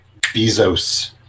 Bezos